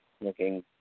looking